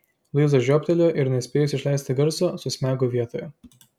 luiza žiobtelėjo ir nespėjusi išleisti garso susmego vietoje